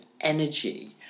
energy